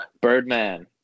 Birdman